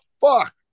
fuck